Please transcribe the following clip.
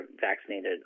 vaccinated